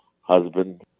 husband